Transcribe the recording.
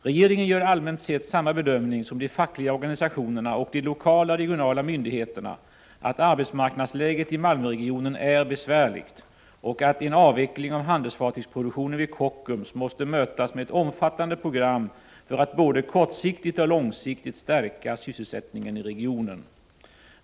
Regeringen gör allmänt sett samma bedömning som de fackliga organisationerna och de lokala regionala myndigheterna, att arbetsmarknadsläget i Malmöregionen är besvärligt och att en avveckling av handelsfartygsproduktionen vid Kockums måste mötas med ett omfattande program för att både kortsiktigt och långsiktigt stärka sysselsättningen i regionen.